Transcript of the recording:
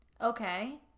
Okay